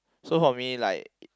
so for me like